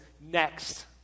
next